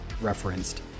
referenced